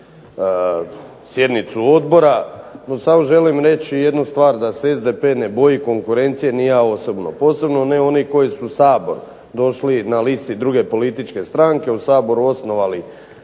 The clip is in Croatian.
sjednicu odbora. No, samo želim reći jednu stvar da se SDP ne boji konkurencije ni ja osobno posebno ne one koji su u Sabor došli na listi druge političke stranke, u Saboru osnovali